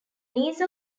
niece